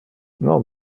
non